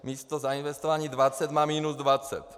Místo zainvestování dvacet má minus dvacet.